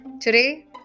Today